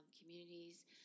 communities